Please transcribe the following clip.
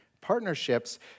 partnerships